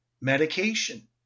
medication